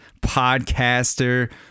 podcaster